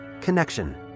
connection